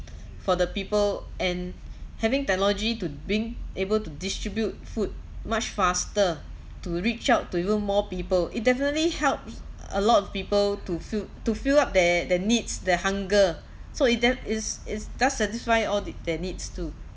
for the people and having technology to being able to distribute food much faster to reach out to even more people it definitely helps a lot of people to fill to fill up their their needs their hunger so it def~ it's it's does satisfy all the their needs too